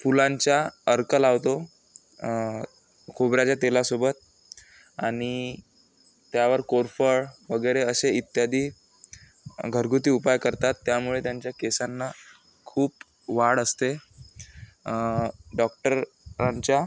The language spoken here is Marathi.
फुलांचा अर्क लावतो खोबऱ्याच्या तेलासोबत आणि त्यावर कोरफड वगैरे असे इत्यादी घरगुती उपाय करतात त्यामुळे त्यांच्या केसांना खूप वाढ असते डॉक्टरांच्या